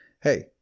hey